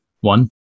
one